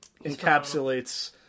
encapsulates